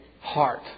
heart